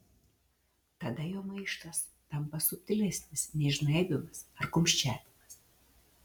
tada jo maištas tampa subtilesnis nei žnaibymas ar kumščiavimas